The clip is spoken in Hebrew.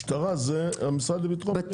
משטרה זה המשרד לביטחון פנים.